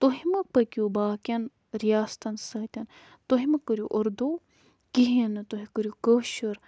تُہۍ مَہ پٔکِو باقیَن رِیاستَن سۭتۍ تُہۍ مہٕ کٔرِو اُردو کِہیٖنۍ نہٕ تُہۍ کٔرِو کٲشُر